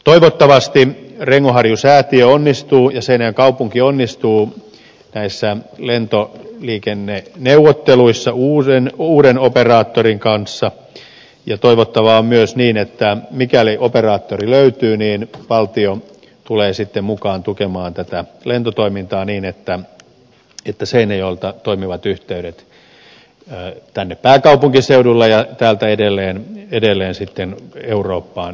toivottavasti rengonharjun säätiö onnistuu ja seinäjoen kaupunki onnistuu näissä lentoliikenneneuvotteluissa uuden operaattorin kanssa ja toivottavaa on myös että mikäli operaattori löytyy niin valtio tulee sitten mukaan tukemaan tätä lentotoimintaa niin että seinäjoelta on toimivat yhteydet tänne pääkaupunkiseudulle ja täältä edelleen sitten eurooppaan